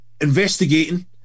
investigating